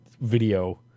video